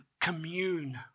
commune